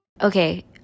Okay